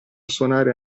suonare